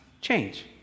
change